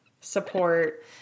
support